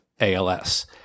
ALS